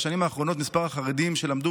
בשנים האחרונות מספר החרדים שלמדו